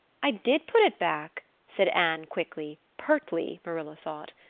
i did put it back, said anne quickly pertly, marilla thought.